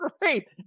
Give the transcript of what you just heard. great